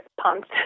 pumped